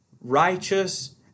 righteous